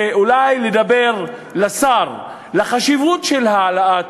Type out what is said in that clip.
ואולי לומר לשר דברים על החשיבות של העלאת